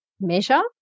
measure